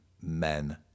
men